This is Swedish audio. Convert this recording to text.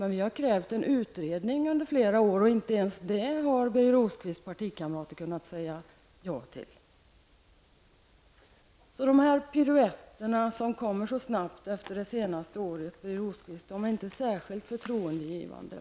Men vi har under flera år krävt en utredning, och inte ens det har Birger Rosqvists partikamrater kunnat säga ja till. Så de här piruetterna som kommer så snabbt efter det senaste året, Birger Rosqvist, är inte särskilt förtroendeingivande.